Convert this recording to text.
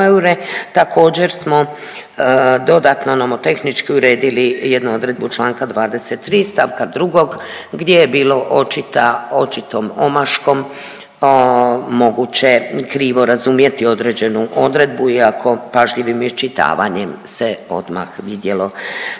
Također smo dodatno nomotehnički uredili jednu odredbu čl. 23. st. 2. gdje je bilo očita, očitom omaškom moguće krivo razumjeti određenu odredbu iako pažljivim iščitavanjem se odmah vidjelo